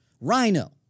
Rhino